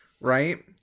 right